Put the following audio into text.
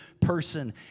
person